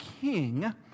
king